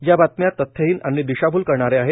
या बातम्या तथ्यहीन आणि दिशाभूल करणाऱ्या आहेत